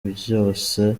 byose